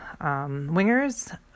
wingers